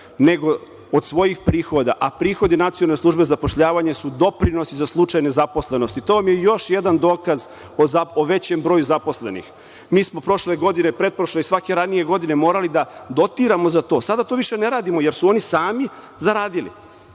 službe za zapošljavanje su doprinosi za slučaj nezaposlenosti. To vam je još jedan dokaz o većem broju zaposlenih. Mi smo prošle godine, pretprošle i svake ranije godine morali da dotiramo za to, a sada to više ne radimo, jer su oni sami zaradili,